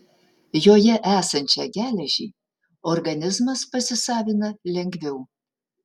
joje esančią geležį organizmas pasisavina lengviau